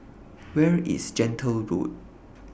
Where IS Gentle Road